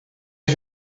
get